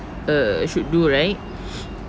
err should do right